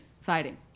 fighting